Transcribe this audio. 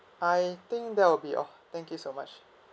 I think that will be all thank you so much